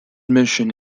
mission